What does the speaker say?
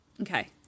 Okay